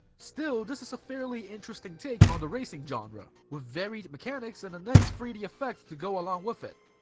still, this is a fairly interesting take on the racing genre, with varied mechanics and a nice three d effect to go along with it.